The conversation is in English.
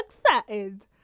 excited